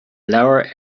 leabhar